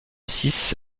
six